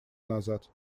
назад